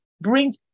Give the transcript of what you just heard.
bring